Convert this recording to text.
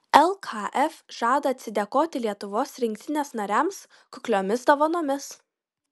lkf žada atsidėkoti lietuvos rinktinės nariams kukliomis dovanomis